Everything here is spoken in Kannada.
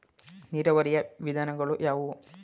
ನೀರಾವರಿಯ ವಿಧಾನಗಳು ಯಾವುವು?